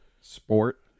sport